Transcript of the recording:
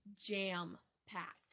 Jam-packed